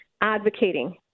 advocating